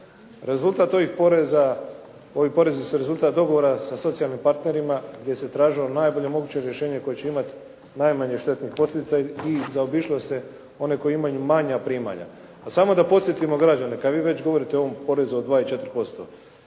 Rezultat ovih poreza, ovi porezi su rezultat dogovora sa socijalnim partnerima gdje se tražilo najbolje moguće rješenje koje će imati najmanje štetnih posljedica i zaobišlo se one koji imaju manja primanja. A samo da podsjetimo građane kad vi već govorite o ovom porezu od 24%.